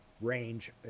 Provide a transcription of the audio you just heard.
range